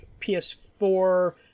PS4